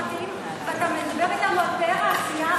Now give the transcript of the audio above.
ואתה מדבר אתנו על פאר העשייה,